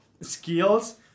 skills